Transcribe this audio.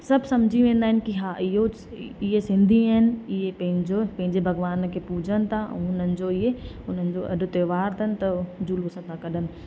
सभु सम्झी वेंदा आहिनि की हा इहो ईअं सिंधी आहिनि ईअं पंहिंजो पंहिंजे भॻिवान खे पूजनि था ऐं उन्हनि जो ईअं उन्हनि जो अॼु त्योहार अथनि त जुलूस था कढनि